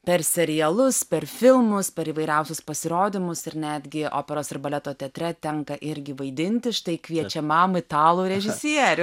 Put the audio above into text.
per serialus per filmus per įvairiausius pasirodymus ir netgi operos ir baleto teatre tenka irgi vaidinti štai kviečiamam italų režisierių